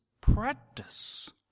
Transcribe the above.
practice